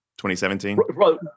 2017